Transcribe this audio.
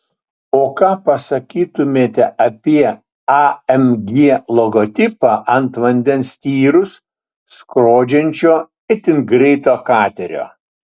o ką pasakytumėte apie amg logotipą ant vandens tyrus skrodžiančio itin greito katerio